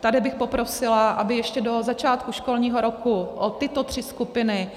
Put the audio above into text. Tady bych poprosila, aby ještě do začátku školního roku o tyto tři skupiny